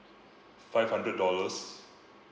five hundred dollars